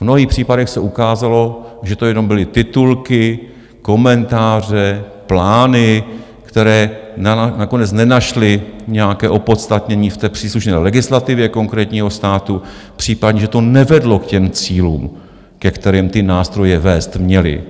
V mnohých případech se ukázalo, že to jenom byly titulky, komentáře, plány, které nakonec nenašly nějaké opodstatnění v příslušné legislativě konkrétního státu, případně, že to nevedlo k těm cílům, ke kterým ty nástroje vést měly.